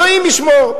אלוהים ישמור.